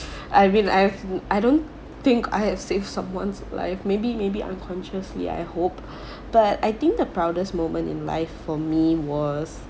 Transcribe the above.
I mean I ha~ I don't think I have save someone's life maybe maybe unconsciously I hope but I think the proudest moment in life for me was